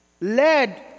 led